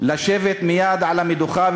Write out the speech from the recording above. לשבת מייד על המדוכה,